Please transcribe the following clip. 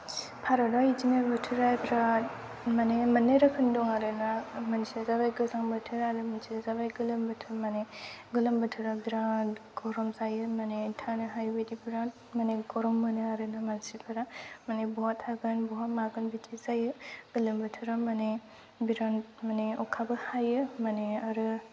भारतआव इदिनो बोथोरा बिराद माने मोननै रोखोमनि दं आरो ना मोनसे जाबाय गोजां बोथोर आरो मोनसेया जाबाय गोलोम बोथोर माने गोलोम बोथोरा बिराद गरम जायो माने थानो हायिबायदि बिराद गरम मोनो आरो ना मानसिफोरा माने बहा थागोन बहा मागोन बिदिबो जायो गोलोम बोथोरा माने बिराद माने अखाबो हायो माने आरो